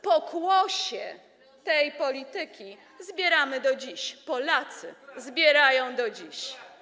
Pokłosie tej polityki zbieramy do dziś, Polacy zbierają do dziś.